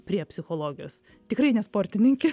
prie psichologijos tikrai ne sportininkė